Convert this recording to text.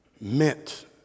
meant